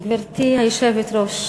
גברתי היושבת-ראש,